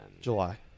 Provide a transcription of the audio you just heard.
July